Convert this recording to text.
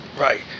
right